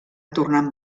tornant